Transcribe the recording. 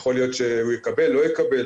יכול להיות שהוא יקבל או לא יקבל.